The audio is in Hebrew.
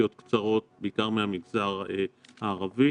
בנסיעות קצרות, בעיקר מהמגזר הערבי.